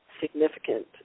significant